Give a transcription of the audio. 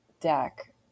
deck